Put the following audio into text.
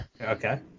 okay